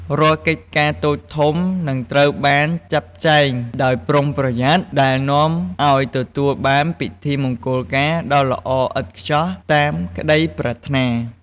រាល់កិច្ចការតូចធំនឹងត្រូវបានចាត់ចែងដោយប្រុងប្រយ័ត្ន ដែលនាំឲ្យទទួលបានពិធីមង្គលការដ៏ល្អឥតខ្ចោះតាមក្តីប្រាថ្នា។